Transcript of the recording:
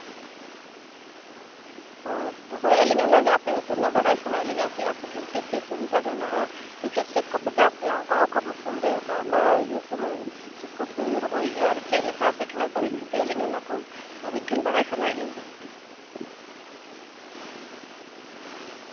ᱦᱳᱭ ᱛᱚ ᱦᱳᱭ ᱟ ᱞᱤᱧ ᱚᱱᱟ ᱜᱮ ᱟᱯᱮ ᱟᱛᱳ ᱨᱮᱱᱟᱜ ᱵᱟᱰᱟᱭ ᱥᱟᱱᱟᱭᱮᱫ ᱞᱤᱧᱟᱹ ᱠᱤ ᱟᱯᱮ ᱴᱷᱮᱱ ᱪᱮᱫ ᱪᱮᱫ ᱥᱩᱵᱤᱫᱟ ᱦᱮᱱᱟᱜᱼᱟ ᱥᱮ ᱪᱮᱫ ᱪᱮᱫ ᱠᱚᱯᱮ ᱪᱟᱥᱮᱜᱼᱟ ᱚᱠᱟ ᱢᱚᱨᱥᱩᱢ ᱨᱮ ᱚᱠᱟ ᱚᱠᱟ ᱤᱭᱟᱹ ᱥᱚᱢᱚᱭ ᱪᱮᱫ ᱠᱚᱯᱮ ᱨᱚᱦᱚᱭᱮᱜᱼᱟ ᱪᱮᱫ ᱞᱮᱠᱟ ᱟᱯᱮ ᱴᱷᱮᱱᱟᱜ ᱯᱚᱨᱤᱥᱛᱷᱤ ᱟᱹᱞᱤᱧ ᱚᱱᱟ ᱠᱚ ᱟ ᱵᱤᱱ ᱴᱷᱮᱱ ᱵᱟᱲᱟᱭ ᱥᱟᱱᱟᱭᱮᱫ ᱞᱤᱧᱟᱹ